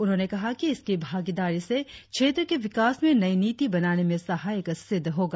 उन्होंने कहा कि इसकी भागीदारी से क्षेत्र के विकास में नई निती बनाने में सहायक सिद्ध होगा